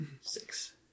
Six